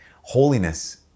Holiness